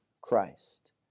Christ